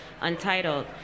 untitled